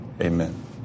Amen